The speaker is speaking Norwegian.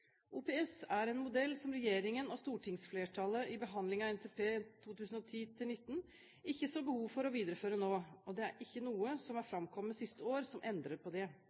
OPS er en modell som regjeringen og stortingsflertallet i behandlingen av NTP 2010–2019 ikke så behov for å videreføre nå, og det er ikke noe som er framkommet siste år som endrer på det.